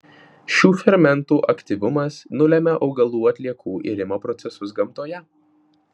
šių fermentų aktyvumas nulemia augalų atliekų irimo procesus gamtoje